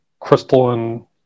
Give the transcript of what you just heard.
crystalline